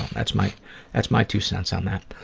that's my that's my two cents on that.